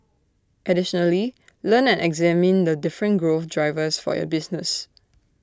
additionally learn and examine the different growth drivers for your business